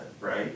right